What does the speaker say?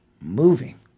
moving